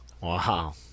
Wow